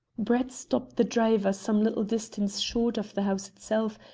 brett stopped the driver some little distance short of the house itself,